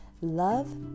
Love